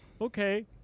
Okay